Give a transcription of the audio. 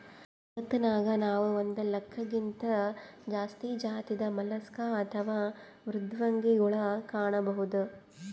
ಜಗತ್ತನಾಗ್ ನಾವ್ ಒಂದ್ ಲಾಕ್ಗಿಂತಾ ಜಾಸ್ತಿ ಜಾತಿದ್ ಮಲಸ್ಕ್ ಅಥವಾ ಮೃದ್ವಂಗಿಗೊಳ್ ಕಾಣಬಹುದ್